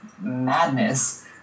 madness